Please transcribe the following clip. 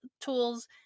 tools